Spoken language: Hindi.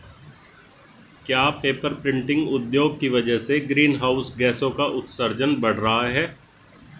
क्या पेपर प्रिंटिंग उद्योग की वजह से ग्रीन हाउस गैसों का उत्सर्जन बढ़ रहा है?